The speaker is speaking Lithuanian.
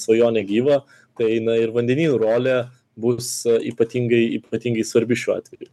svajonę gyvą tai na ir vandenynų rolė bus ypatingai ypatingai svarbi šiuo atveju